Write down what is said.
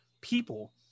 people